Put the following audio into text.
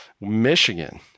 Michigan